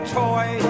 toy